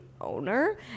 owner